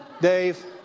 Dave